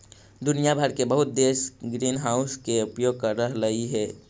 दुनिया भर के बहुत देश ग्रीनहाउस के उपयोग कर रहलई हे